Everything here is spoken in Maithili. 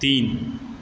तीन